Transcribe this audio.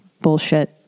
bullshit